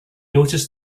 noticed